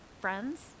friends